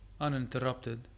uninterrupted